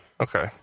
Okay